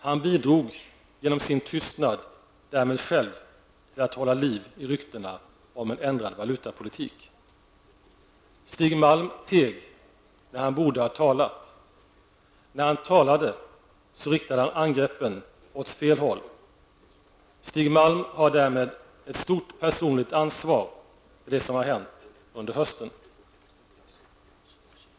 Han bidrog genom sin tystnad själv till att hålla liv i ryktena om en ändrad valutapolitik. Stig Malm teg när han borde ha talat. När han talade riktade han angreppen åt fel håll. Stig Malm har därmed ett stort personligt ansvar för det som har hänt under hösten.